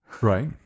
Right